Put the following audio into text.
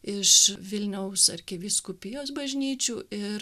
iš vilniaus arkivyskupijos bažnyčių ir